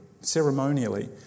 ceremonially